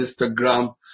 Instagram